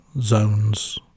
zones